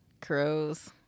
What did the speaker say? Crows